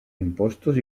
impostos